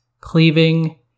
cleaving